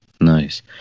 nice